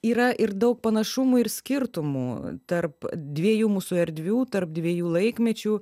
yra ir daug panašumų ir skirtumų tarp dviejų mūsų erdvių tarp dviejų laikmečių